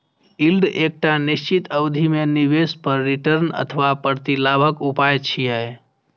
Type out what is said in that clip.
yield एकटा निश्चित अवधि मे निवेश पर रिटर्न अथवा प्रतिलाभक उपाय छियै